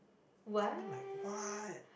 what